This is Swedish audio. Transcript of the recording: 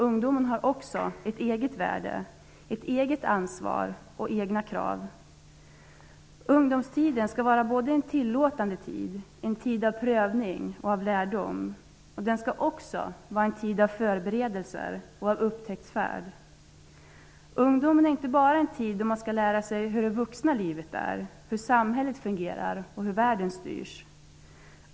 Ungdomen har också ett eget värde, ett eget ansvar och egna krav. Ungdomstiden skall vara både en tillåtande tid, en tid av prövning och av lärdom. Den skall också vara en tid av förberedelser och upptäcktsfärder. Ungdomen är inte bara en tid då man skall lära sig hur det vuxna livet är, hur samhället fungerar och hur världen styrs.